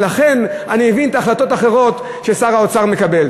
ולכן אני מבין את ההחלטות האחרות ששר האוצר מקבל.